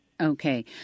Okay